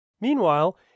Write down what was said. Meanwhile